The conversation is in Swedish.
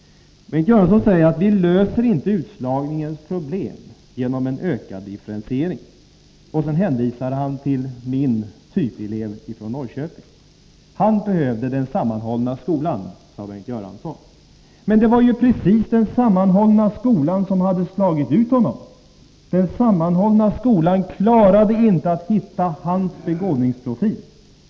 Bengt Göransson säger att vi inte löser utslagningens problem genom en ökad differentiering. Och så hänvisar han till min typelev från Norrköping. Han behövde den sammanhållna skolan, sade Bengt Göransson. Det var ju precis den sammanhållna skolan som hade slagit ut honom; Den sammanhållna skolan klarade inte att hitta hans begåvningsprofil.